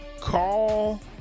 Call